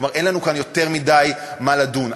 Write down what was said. כלומר אין לנו כאן יותר מדי מה לדון.